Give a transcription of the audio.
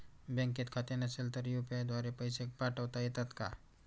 बँकेत खाते नसेल तर यू.पी.आय द्वारे पैसे पाठवता येतात का?